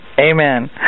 Amen